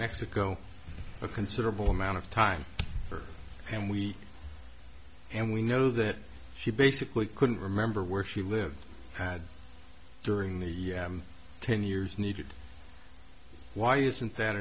mexico a considerable amount of time and we and we know that she basically couldn't remember where she lived had during the ten years needed why isn't that